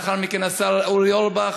לאחר מכן השר אורי אורבך,